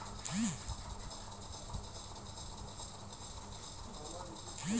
মোর সামান্য টাকার প্রয়োজন হইলে কি লোন পাইতে পারি?